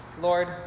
Lord